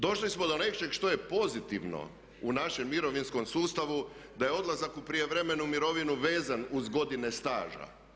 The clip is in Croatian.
Došli smo do nečeg što je pozitivno u našem mirovinskom sustavu, da je odlazak u prijevremenu mirovinu vezan uz godine staža.